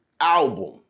album